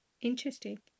interesting